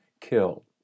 killed